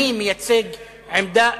אני מייצג עמדה,